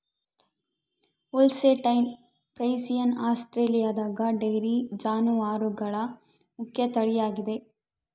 Holstein Friesian ಆಸ್ಟ್ರೇಲಿಯಾದಗ dairy ಜಾನುವಾರುಗಳ ಮುಖ್ಯ ತಳಿಯಾಗಿದೆ